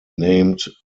named